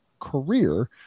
career